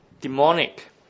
demonic